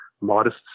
modest